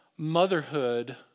motherhood